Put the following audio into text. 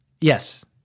Yes